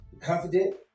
confident